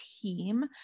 team